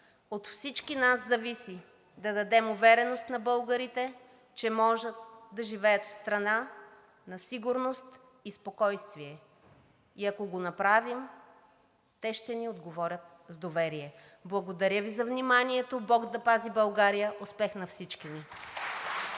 От всички нас зависи да дадем увереност на българите, че могат да живеят в страна на сигурност и спокойствие и ако го направим, те ще ни отговорят с доверие. Благодаря Ви за вниманието. Бог да пази България! Успех на всички ни!